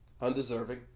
Undeserving